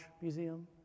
Museum